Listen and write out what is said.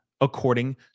according